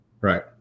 Right